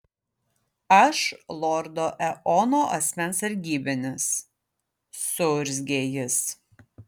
aš lordo eono asmens sargybinis suurzgė jis